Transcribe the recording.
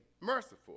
merciful